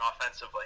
offensively